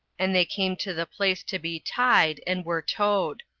and they came to the place to be tied, and were tode.